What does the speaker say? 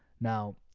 now